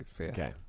Okay